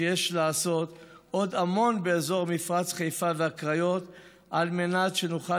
ושיש לעשות עוד המון באזור מפרץ חיפה והקריות על מנת שנוכל